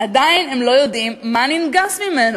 עדיין הם לא יודעים מה ננגס ממנו,